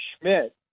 Schmidt